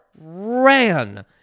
Ran